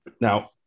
now